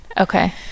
Okay